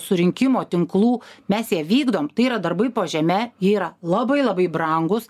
surinkimo tinklų mes ją vykdom tai yra darbai po žeme jie yra labai labai brangūs